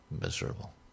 miserable